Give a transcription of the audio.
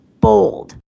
bold